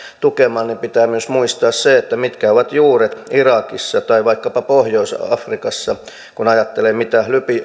tukemaan niin pitää muistaa myös se mitkä ovat juuret irakissa tai vaikkapa pohjois afrikassa kun ajattelee mitä